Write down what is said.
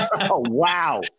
wow